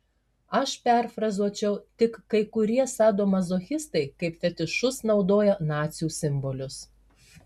aš perfrazuočiau tik kai kurie sadomazochistai kaip fetišus naudoja nacių simbolius